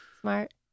smart